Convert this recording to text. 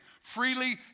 Freely